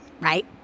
right